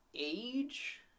age